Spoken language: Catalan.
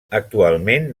actualment